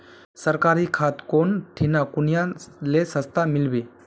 सरकारी खाद कौन ठिना कुनियाँ ले सस्ता मीलवे?